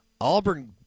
Auburn